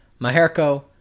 Maherko